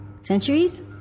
Centuries